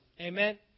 Amen